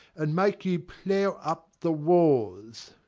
and make you plough up the wars.